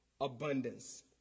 abundance